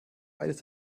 beides